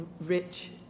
rich